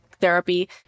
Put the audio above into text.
therapy